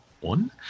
one